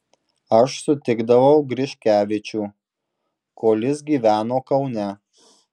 aš sutikdavau griškevičių kol jis gyveno kaune